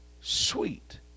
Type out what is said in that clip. sweet